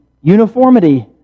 uniformity